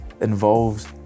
involves